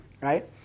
right